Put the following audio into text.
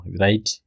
right